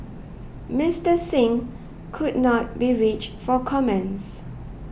Mister Singh could not be reached for comment